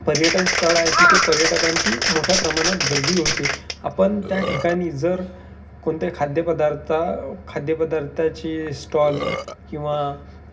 पर्यटनस्थळ आहे तिथे पर्यटकांची मोठ्या प्रमाणात गर्दी होते आपण त्या ठिकाणी जर कोणत्या खाद्यपदार्थ खाद्यपदार्थाची स्टॉल किंवा